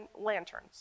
lanterns